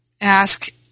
ask